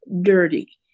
dirty